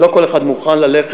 שלא כל אחד מוכן ללכת,